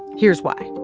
here's why.